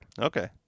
Okay